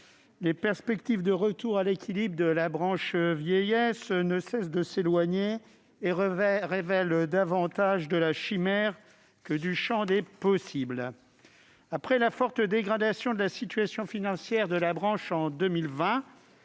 les perspectives de retour à l'équilibre de la branche vieillesse ne cessent de s'éloigner et relèvent davantage de la chimère que du champ des possibles. Après la forte dégradation, en 2020, de la situation financière de la branche,